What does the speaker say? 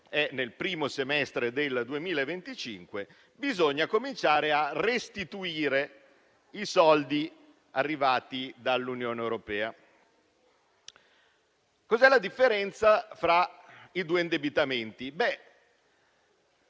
il primo semestre del 2025) bisogni cominciare a restituire i soldi arrivati dall'Unione europea. Qual è la differenza fra i due indebitamenti?